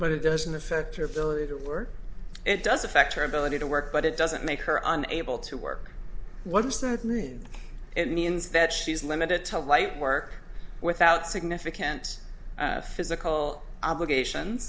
but it doesn't affect her ability to work it does affect her ability to work but it doesn't make her unable to work one it means that she's limited to light work without significant physical obligation